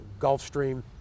Gulfstream